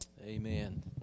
Amen